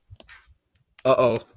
Uh-oh